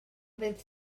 ddydd